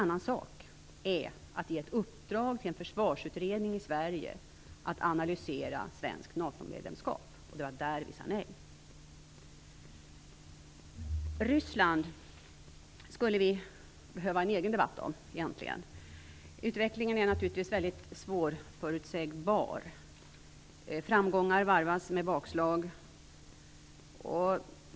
Att däremot ge i uppdrag till en försvarsutredning i Sverige att analysera svenskt NATO medlemskap - det är en helt annan sak. På den punkten sade vi nej. Ryssland kräver egentligen en egen debatt. Utvecklingen är naturligtvis mycket svårförutsebar. Framgångar varvas med bakslag.